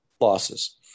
losses